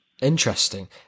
Interesting